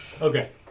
Okay